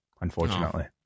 Unfortunately